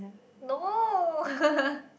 no